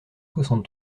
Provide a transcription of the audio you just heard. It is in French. soixante